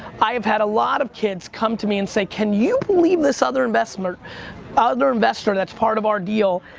i have had a lot of kids come to me and say, can you believe this other investor other investor that's part of our deal?